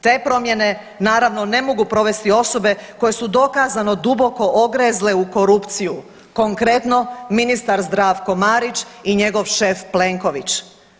Te promjene naravno ne mogu provesti osobe koje su dokazano duboki ogrezle u korupciju konkretno ministar Zdravko Marić i njegov šef Plenković.